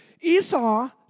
Esau